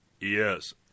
Yes